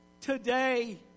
today